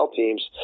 teams